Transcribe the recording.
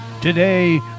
Today